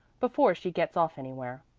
before she gets off anywhere.